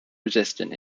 resistant